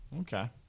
Okay